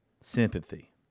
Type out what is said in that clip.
sympathy